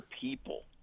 people